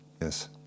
Yes